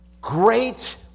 great